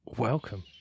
Welcome